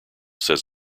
says